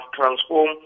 transform